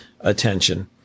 attention